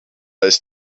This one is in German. ist